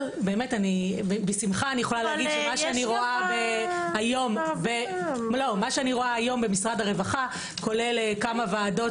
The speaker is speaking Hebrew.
אבל בשמחה אומר - מה שאני רואה היום במשרד הרווחה כולל כמה ועדות